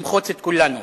למחוץ את כולנו.